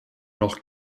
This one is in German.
noch